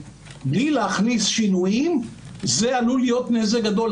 בלי להכניס שינויים זה עלול להיות נזק גדול.